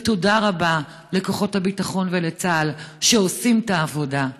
ותודה רבה לכוחות הביטחון ולצה"ל שעושים את העבודה.